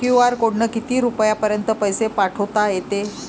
QR कोडनं किती रुपयापर्यंत पैसे पाठोता येते?